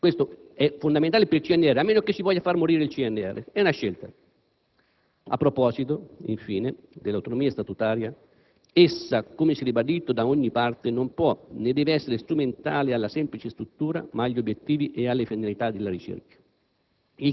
Questo è fondamentale per il CNR, a meno che non lo si voglia far morire; è una scelta. A proposito, infine, dell'autonomia statutaria, essa - come si è ribadito da ogni parte - non può né deve essere strumentale alla semplice struttura ma agli obiettivi e alle finalità della ricerca;